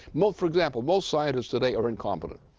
note, for example, most scientists today are incompetent.